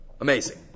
Amazing